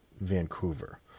Vancouver